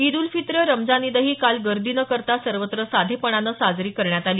ईद उल फित्र रमजान ईदही काल गर्दी न करता सर्वत्र साधेपणानं साजरी करण्यात आली